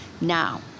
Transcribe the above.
Now